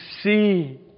see